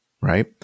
right